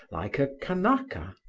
like a kanaka.